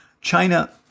China